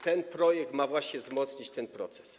Ten projekt ma właśnie wzmocnić ten proces.